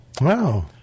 Wow